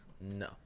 No